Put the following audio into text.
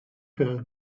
her